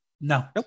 no